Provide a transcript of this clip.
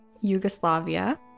Yugoslavia